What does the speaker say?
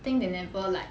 think they never like